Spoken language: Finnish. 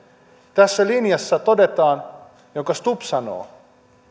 tässä linjassa jonka stubb sanoo todetaan